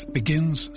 begins